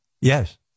yes